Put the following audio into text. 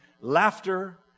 laughter